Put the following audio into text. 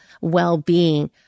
well-being